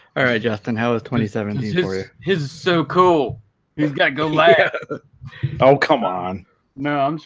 all right justin hell is twenty seven his so cool he's got go like oh come on no